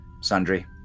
Sundry